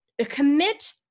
Commit